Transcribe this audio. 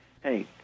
hey